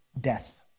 Death